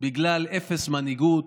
בגלל אפס מנהיגות,